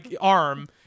arm